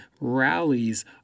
rallies